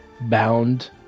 bound